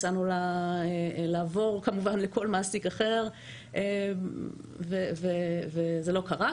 הצענו לה לעבור כמובן לכל מעסיק אחר וזה לא קרה.